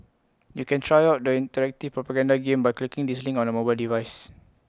you can try out the interactive propaganda game by clicking this link on A mobile device